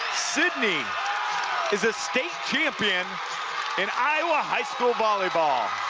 sidney is a state champion in iowa high school volleyball